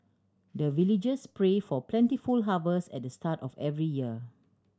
the villagers pray for plentiful harvest at the start of every year